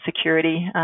security